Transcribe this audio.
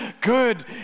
good